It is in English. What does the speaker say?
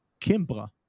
Kimbra